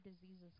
diseases